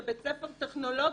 שבית ספר טכנולוגי,